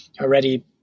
already